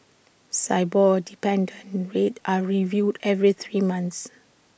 Sibor dependent rates are reviewed every three months